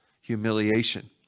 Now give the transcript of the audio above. humiliation